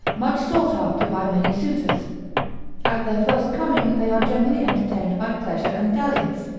much sought after by many suitors at their first coming they are generally entertained by pleasure and dalliance,